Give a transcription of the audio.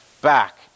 back